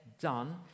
done